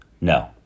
No